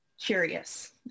curious